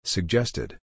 Suggested